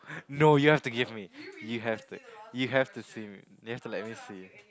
no you have to give me you have to you have to see me you have to let me see it